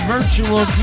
Virtual